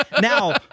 Now